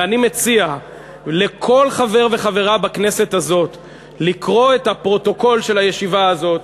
ואני מציע לכל חבר וחברה בכנסת הזאת לקרוא את הפרוטוקול של הישיבה הזאת,